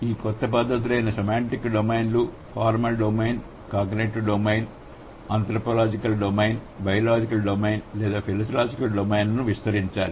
ఈ కొత్త పద్ధతులయిన సెమాంటిక్ డొమైన్లు formal domain cognitive domain anthropological domain biological domain లేదా ఫిలాసఫికల్ డొమైన్ లను విస్తరించాలి